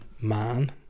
man